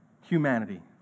humanity